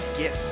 get